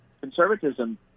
conservatism